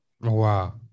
wow